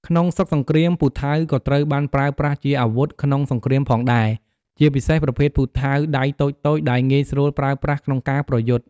ក្នុងសឹកសង្គ្រាម ពូថៅក៏ត្រូវបានប្រើប្រាស់ជាអាវុធក្នុងសង្គ្រាមផងដែរ ជាពិសេសប្រភេទពូថៅដៃតូចៗដែលងាយស្រួលប្រើប្រាស់ក្នុងការប្រយុទ្ធ។